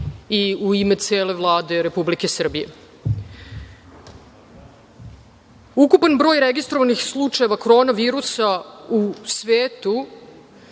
i u ime cele Vlade Republike Srbije. Ukupan broj registrovanih slučajeva Koronavirusa u svetu